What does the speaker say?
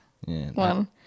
one